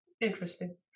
interesting